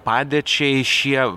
padėčiai šie